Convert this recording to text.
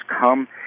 come